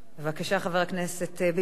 בבקשה, חבר הכנסת ביבי.